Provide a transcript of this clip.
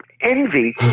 envy